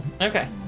Okay